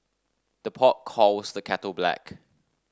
the pot calls the kettle black